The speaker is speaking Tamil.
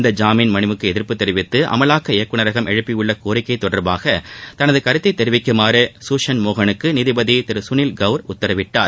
இந்த ஜாமின் மனுவுக்கு எதிர்ப்பு தெரிவித்து அமலாக்க இயக்குனரகம் எழுப்பியுள்ள கோரிக்கை தொடர்பாக தனது கருத்தை தெரிவிக்குமாறு சூஷென் மோகனுக்கு நீதிபதி திரு சுனில் கௌர் உத்தரவிட்டார்